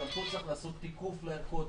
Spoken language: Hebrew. גם פה צריך לעשות תיקוף לערכות,